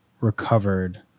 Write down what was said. recovered